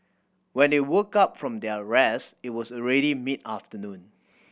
when they woke up from their rest it was already mid afternoon